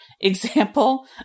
example